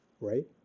right